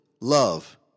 love